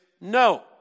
no